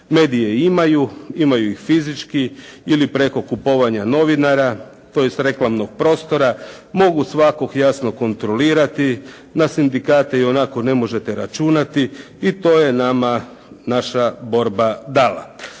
Medije imaju, imaju i fizički ili preko kupovanja novinara, tj. reklamnog prostora. Mogu svakog jasno kontrolirati, na sindikate ionako ne možete računati i to je nama naša borba dala.